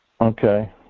Okay